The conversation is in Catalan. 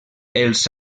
els